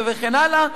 וכן הלאה,